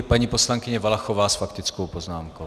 Paní poslankyně Valachová s faktickou poznámkou.